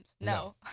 no